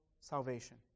salvation